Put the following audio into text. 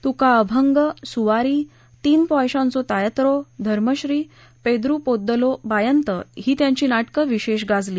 तुका अभंग सुवारी तीन पॉयशांचो तायत्रो धर्मश्री पेटू पोद्दलो बायंत ही त्यांची नाटकं विशेष गाजली